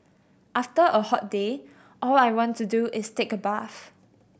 after a hot day all I want to do is take a bath